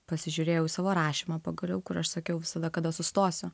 pasižiūrėjau į savo rašymą pagaliau kur aš sakiau visada kada sustosiu